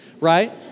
right